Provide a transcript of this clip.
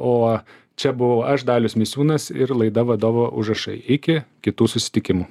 o čia buvau aš dalius misiūnas ir laida vadovo užrašai iki kitų susitikimų